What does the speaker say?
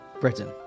Britain